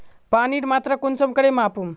पानीर मात्रा कुंसम करे मापुम?